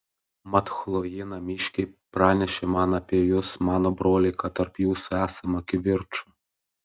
mat chlojė namiškiai pranešė man apie jus mano broliai kad tarp jūsų esama kivirčų